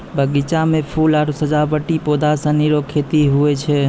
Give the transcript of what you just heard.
बगीचा मे फूल आरु सजावटी पौधा सनी रो खेती हुवै छै